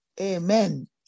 Amen